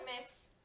mix